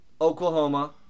Oklahoma